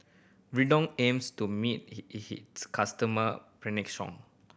Redoxon aims to meet he his customers